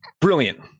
Brilliant